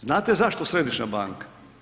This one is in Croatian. Znate zašto središnja banka?